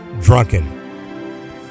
drunken